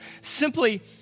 simply